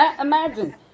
imagine